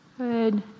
Good